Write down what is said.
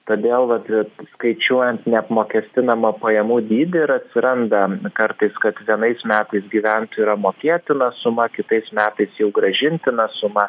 todėl vat ir skaičiuojant neapmokestinamą pajamų dydį ir atsiranda kartais kad vienais metais gyventojui yra mokėtina suma kitais metais jau grąžintina suma